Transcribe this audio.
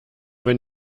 wenn